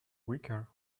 weaker